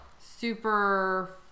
super